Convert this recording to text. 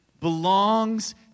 belongs